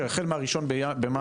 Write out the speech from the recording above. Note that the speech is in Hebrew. שהחל ב-1 במאי